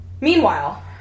Meanwhile